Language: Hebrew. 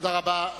תודה רבה.